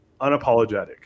unapologetic